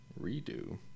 Redo